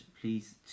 please